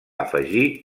afegir